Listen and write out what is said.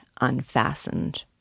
unfastened